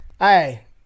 Hey